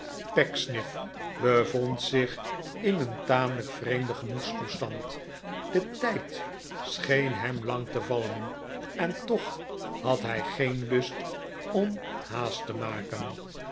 pecksniff bevond zich in een tamelijk vreemden gemoedstoestand de tijd scheen hem lang te vallen en toch had hij geen lust om haast te maken